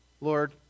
Lord